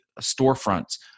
storefronts